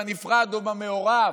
בנפרד או במעורב.